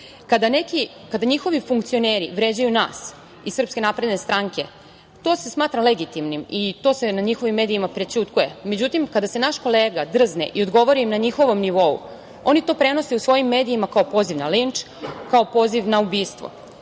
Kada njihovi funkcioneri vređaju nas iz SNS to se smatra legitimnim i to se na njihovim medijima prećutkuje.Međutim, kada se naš kolega drzne i odgovori im na njihovom nivou, oni to prenose u svojim medijima kao poziv na linč, kao poziv na ubistvo.